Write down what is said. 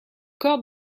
corps